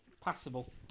Passable